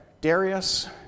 Darius